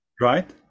Right